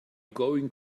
going